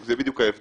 זה בדיוק ההבדל.